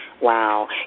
Wow